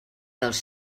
dels